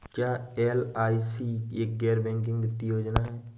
क्या एल.आई.सी एक गैर बैंकिंग वित्तीय योजना है?